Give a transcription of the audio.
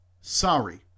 Sorry